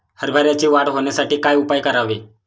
हरभऱ्याची वाढ होण्यासाठी काय उपाय करावे?